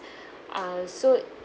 uh so